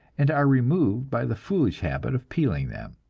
and are removed by the foolish habit of peeling them.